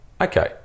okay